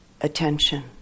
attention